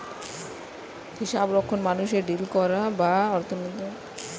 হিসাবরক্ষণ গবেষণায় মানুষ অর্থনীতিতে ডিল করা বা কাজ বোঝে